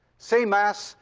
same mass,